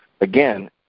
Again